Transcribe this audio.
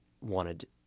wanted